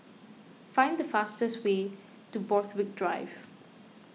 find the fastest way to Borthwick Drive